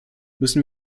müssen